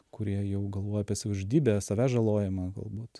kurie jau galvoja apie savižudybę savęs žalojimą galbūt